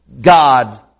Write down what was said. God